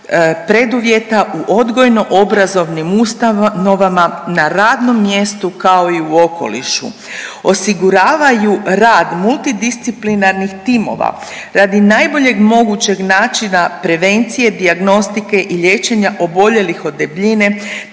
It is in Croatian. preduvjeta u odgojno obrazovnim ustanovama, na radnom mjestu, kao i u okolišu, osiguravaju rad multidisciplinarnih timova radi najboljeg mogućeg načina prevencije, dijagnostike i liječenja oboljelih od debljine,